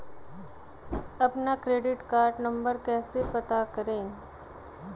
अपना credit card number कैसे पता करें?